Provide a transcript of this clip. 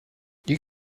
you